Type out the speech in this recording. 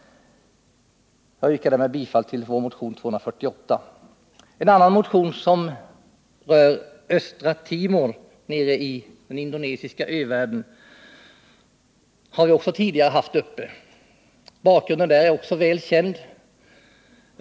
Jag yrkar därmed bifall till vår motion 248. En motion som rör Östra Timor nere i den indonesiska övärlden har vi också tidigare haft uppe. Bakgrunden är även här väl känd.